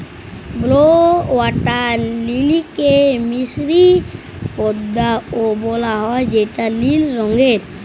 blue water লিলিকে মিসরীয় পদ্দা ও বলা হ্যয় যেটা লিল রঙের